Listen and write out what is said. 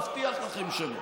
מבטיח שלכם שלא.